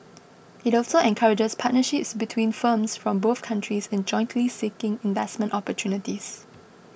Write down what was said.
it also encourages partnerships between firms from both countries in jointly seeking investment opportunities